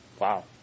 Wow